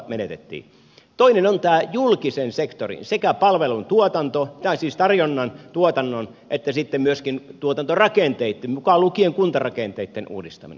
toinen on tämä julkisen sektorin sekä palvelutarjonnan tuotannon että sitten myöskin tuotantorakenteitten mukaan lukien kuntarakenteitten uudistaminen